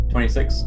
Twenty-six